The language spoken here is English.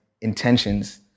intentions